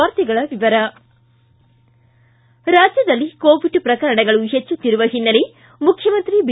ವಾರ್ತೆಗಳ ವಿವರ ರಾಜ್ಯದಲ್ಲಿ ಕೋವಿಡ್ ಪ್ರಕರಣಗಳು ಹೆಚ್ಚುತ್ತಿರುವ ಹಿನ್ನೆಲೆ ಮುಖ್ಯಮಂತ್ರಿ ಬಿ